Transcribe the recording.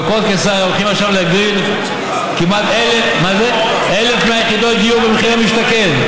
בקרקעות קיסריה הולכים עכשיו להגריל 1,100 יחידות דיור במחיר למשתכן.